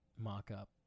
mock-up